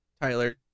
Tyler